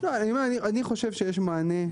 אני חושב שיש מענה,